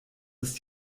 ist